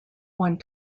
one